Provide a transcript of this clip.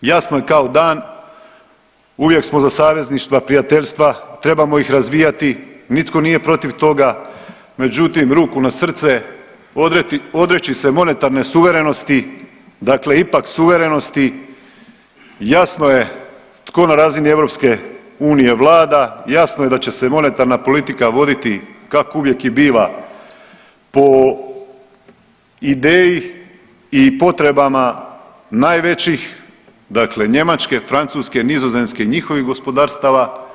Jasno je kao dan, uvijek samo za savezništva, prijateljstva, trebamo ih razvijati, nitko nije protiv toga, međutim ruku na srce odreći se monetarne suverenosti dakle ipak suverenosti jasno tko na razini EU vlada, jasno je da će monetarna politika voditi kako uvijek i biva po ideji i potrebama najvećih, dakle Njemačke, Francuske, Nizozemske, njihovih gospodarstava.